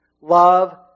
Love